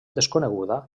desconeguda